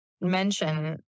mention